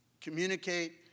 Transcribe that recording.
communicate